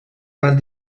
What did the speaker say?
van